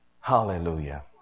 Hallelujah